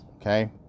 okay